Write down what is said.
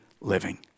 living